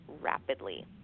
rapidly